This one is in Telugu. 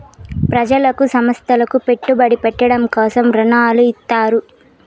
ప్రజలకు సంస్థలకు పెట్టుబడి పెట్టడం కోసం రుణాలు ఇత్తారు